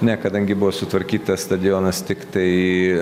ne kadangi buvo sutvarkytas stadionas tiktai